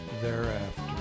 thereafter